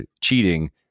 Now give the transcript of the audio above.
cheating